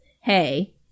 hey